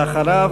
ואחריו,